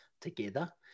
together